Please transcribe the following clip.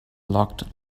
locked